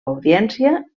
audiència